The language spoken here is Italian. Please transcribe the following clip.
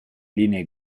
linee